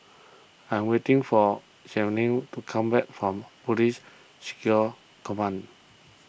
I am waiting for Jaylene to come back from Police Security Command